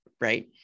Right